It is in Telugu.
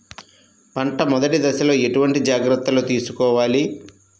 పంట మెదటి దశలో ఎటువంటి జాగ్రత్తలు తీసుకోవాలి?